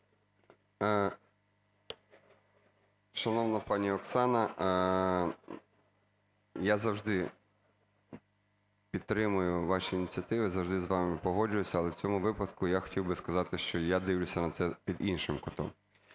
Шановна пані Оксана, я завжди підтримую ваші ініціативи, завжди з вами погоджуюся, але в цьому випадку я хотів би сказати, що я дивлюся на це під іншим кутом.